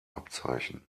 abzeichen